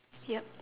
yup